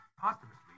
posthumously